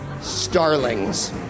starlings